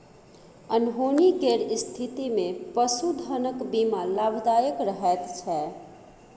अनहोनी केर स्थितिमे पशुधनक बीमा लाभदायक रहैत छै